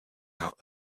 out